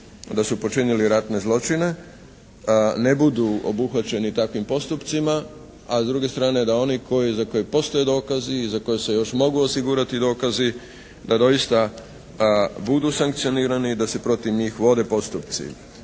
da su počinili ratne zločine ne budu obuhvaćeni takvim postupcima, a s druge strane da oni za koje postoje dokazi i za koje se još mogu osigurati dokazi da doista budu sankcionirani i da se protiv njih vode postupci.